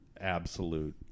absolute